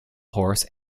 horse